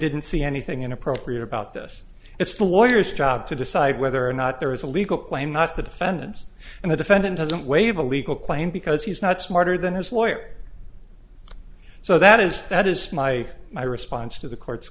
didn't see anything inappropriate about this it's the lawyers job to decide whether or not there is a legal claim not the defendant's and the defendant doesn't waive a legal claim because he's not smarter than his lawyer so that is that is my my response to the court